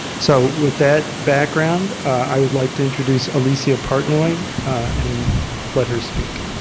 so with that background, i would like to introduce alicia partnoy and let her speak.